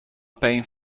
pain